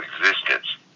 existence